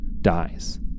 dies